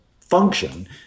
function